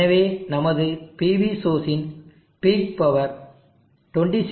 எனவே நமது PV source இன் பீக் பவர் 26